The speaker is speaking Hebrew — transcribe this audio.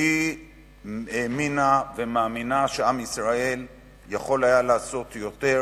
שהאמינה ומאמינה שעם ישראל היה יכול לעשות יותר